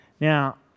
Now